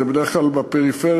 זה בדרך כלל בפריפריה,